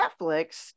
Netflix